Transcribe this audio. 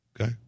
Okay